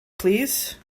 please